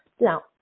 Now